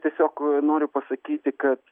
tiesiog noriu pasakyti kad